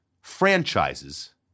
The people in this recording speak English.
franchises